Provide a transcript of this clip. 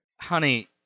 Honey